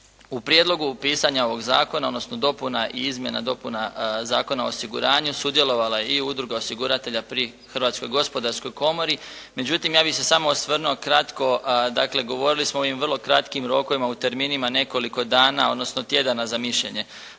U prijedlogu pisanja ovog zakona, odnosno dopuna i izmjena dopuna Zakona o osiguranju sudjelovala je i Udruga osiguratelja pri Hrvatskoj gospodarskoj komori. Međutim, ja bih se samo osvrnuo kratko. Dakle, govorili smo o ovim vrlo kratkim rokovima o terminima nekoliko dana, odnosno tjedana za mišljenje.